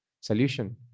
solution